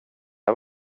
här